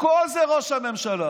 הכול זה ראש הממשלה.